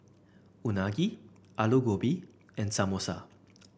Unagi Alu Gobi and Samosa